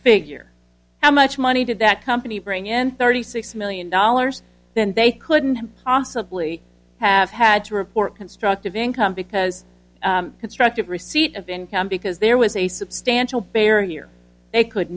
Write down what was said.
figure how much money did that company bring in thirty six million dollars then they couldn't possibly have had to report constructive income because constructive receipt of income because there was a substantial barrier they could